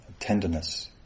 tenderness